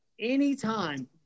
Anytime